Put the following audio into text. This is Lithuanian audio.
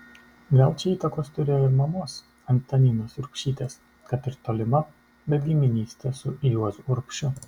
gal čia įtakos turėjo ir mamos antaninos urbšytės kad ir tolima bet giminystė su juozu urbšiu